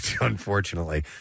unfortunately